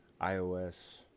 iOS